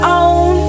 own